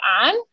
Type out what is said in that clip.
on